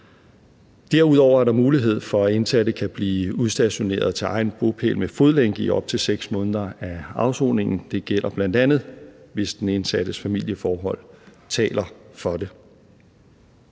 Derudover er der mulighed for, at indsatte kan blive udstationeret til egen bopæl med fodlænke i op til 6 måneder af afsoningen. Det gælder bl.a., hvis den indsattes familieforhold taler for det.